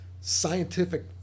scientific